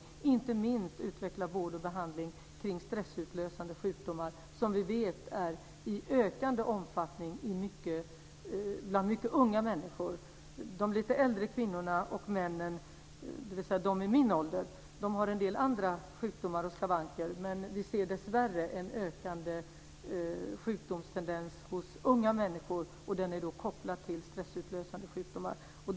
Det handlar inte minst om att utveckla vård och behandling kring stressutlösande sjukdomar som vi vet är i ökande omfattning bland mycket unga människor. De lite äldre kvinnorna och männen, dvs. de i min ålder, har en del andra sjukdomar och skavanker, men vi ser dessvärre en ökande sjukdomstendens hos unga människor. Den är kopplad till stressutlösande sjukdomar.